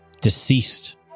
deceased